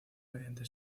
mediante